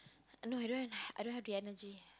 no I don't have I don't have the energy